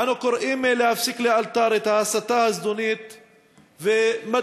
אנו קוראים להפסיק לאלתר את ההסתה הזדונית ומדגישים,